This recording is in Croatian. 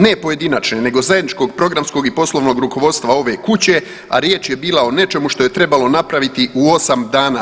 Ne pojedinačne, nego zajedničkog programskog i poslovnog rukovodstva ove kuće, a riječ je bila o nečemu što je trebalo napraviti u 8 dana.